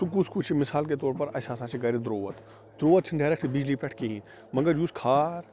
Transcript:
تہٕ کُس کُس چھُ مِثال کے طور پر اَگر اَسہِ ہَسا چھِ گَرِ دُروت دُروت چھُنہٕ ڈریکٹ بِجلی پٮ۪ٹھ کِہیٖنٛۍ مگر یُس خار